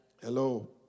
Hello